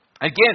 Again